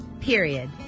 period